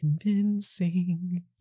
convincing